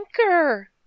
anchor